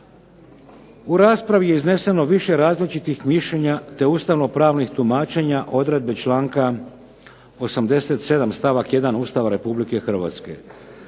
U raspravi je izneseno više različitih mišljenja, te ustavno-pravnih tumačenja odredbe članka 87. stavak 1. Ustava Republike Hrvatske.